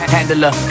Handler